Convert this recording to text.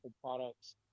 products